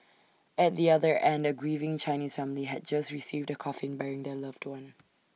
at the other end A grieving Chinese family had just received A coffin bearing their loved one